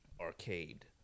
arcade